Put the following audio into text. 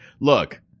look –